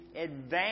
advance